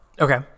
okay